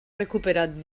recuperat